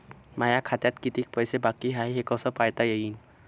माया खात्यात कितीक पैसे बाकी हाय हे कस पायता येईन?